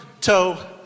toe